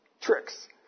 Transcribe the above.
tricks